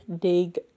dig